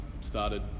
started